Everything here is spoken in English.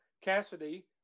Cassidy